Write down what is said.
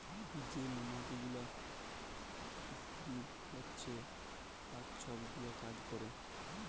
যে মমাছি গুলা ইস্তিরি হছে আর ছব গুলা কাজ ক্যরে